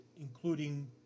including